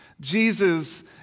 Jesus